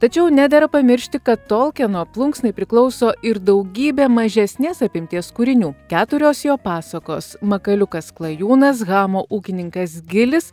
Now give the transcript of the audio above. tačiau nedera pamiršti kad tolkieno plunksnai priklauso ir daugybė mažesnės apimties kūrinių keturios jo pasakos makaliukas klajūnas hamo ūkininkas gilis